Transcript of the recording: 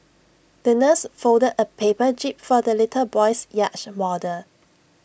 the nurse folded A paper jib for the little boy's yacht model